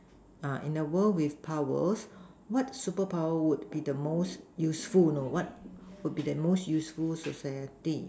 ah in the world with the powers what the super power would be the most useful now what would be the most useful society